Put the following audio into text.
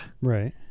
Right